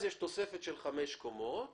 בתוספת של חמש קומות